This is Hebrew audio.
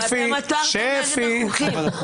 ואתם עתרתם נגד החוקים.